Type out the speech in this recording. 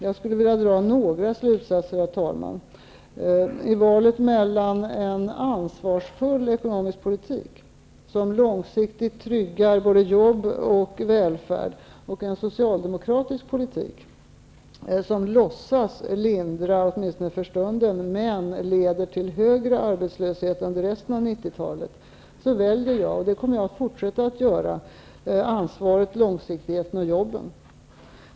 Jag skulle, herr talman, vilja dra några slutsatser. I valet mellan en ansvarsfull ekonomisk politik, som långsiktigt tryggar både jobb och välfärd, och en socialdemokratisk politik, som låtsas lindra åtminstone för stunden men leder till högre arbetslöshet under resten av 90-talet, väljer jag -- och det kommer jag att fortsätta att göra -- ansvaret, långsiktigheten och jobben.